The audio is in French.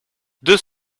deux